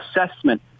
assessment